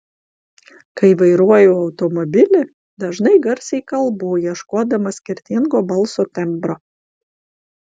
kai vairuoju automobilį dažnai garsiai kalbu ieškodama skirtingo balso tembro